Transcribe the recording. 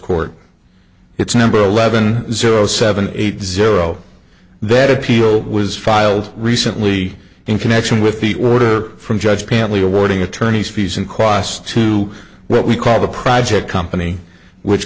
court it's number eleven zero seven eight zero that appeal was filed recently in connection with the order from judge panteley awarding attorneys fees and costs to what we call the project company which